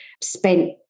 spent